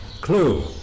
clue